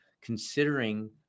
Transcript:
considering